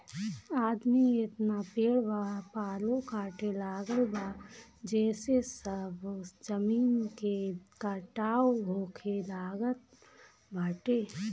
आदमी एतना पेड़ पालो काटे लागल बा जेसे सब जमीन के कटाव होखे लागल बाटे